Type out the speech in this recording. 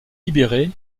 libéré